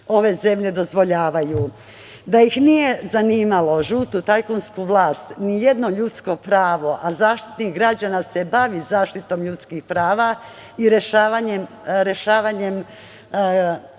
ove zemlje dozvoljavaju. Da ih nije zanimala, žutu tajkunsku vlast, ni jedno ljudsko pravo, a Zaštitnik građana se bavi zaštitom ljudskih prava i rešavanjem